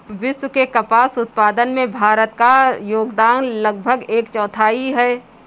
विश्व के कपास उत्पादन में भारत का योगदान लगभग एक चौथाई है